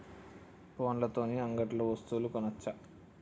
ఫోన్ల తోని అంగట్లో వస్తువులు కొనచ్చా?